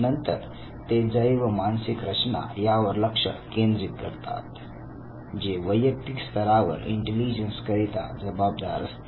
नंतर ते जैव मानसिक रचना यावर लक्ष केंद्रित करतात जे वैयक्तिक स्तरावर इंटेलिजन्स करिता जबाबदार असते